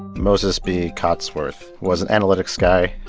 moses b. cotsworth was an analytics guy,